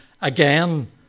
again